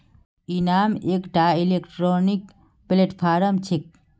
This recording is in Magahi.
इनाम एकटा इलेक्ट्रॉनिक प्लेटफॉर्म छेक